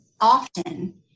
often